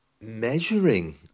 Measuring